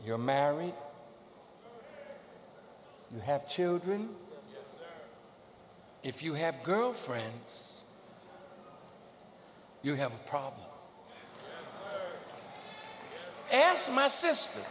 you're married have children if you have girlfriends you have a problem asked my sister